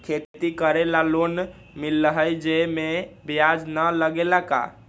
खेती करे ला लोन मिलहई जे में ब्याज न लगेला का?